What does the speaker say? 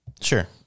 Sure